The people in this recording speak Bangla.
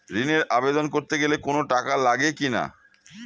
ঋণের আবেদন করতে গেলে কোন টাকা লাগে কিনা?